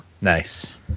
Nice